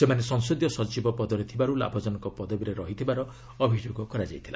ସେମାନେ ସଂସଦୀୟ ସଚିବ ପଦରେ ଥିବାରୁ ଲାଭଜନକ ପଦବୀରେ ରହୁଥିବାର ଅଭିଯୋଗ କରାଯାଇଥିଲା